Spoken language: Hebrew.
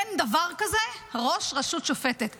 אין דבר כזה ראש רשות שופטת.